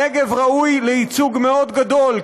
הנגב ראוי לייצוג מאוד גדול,